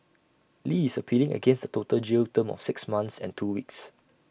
li is appealing against the total jail term of six months and two weeks